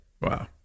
Wow